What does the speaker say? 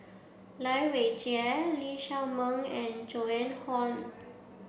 Lai Weijie Lee Shao Meng and Joan Hon